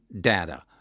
data